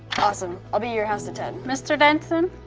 awesome, i'll be at your house at ten. mr. denson,